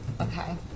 Okay